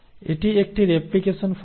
এটি একটি replication fork